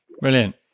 Brilliant